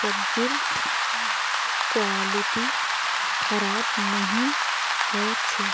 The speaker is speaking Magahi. सब्जिर क्वालिटी खराब नहीं हो छे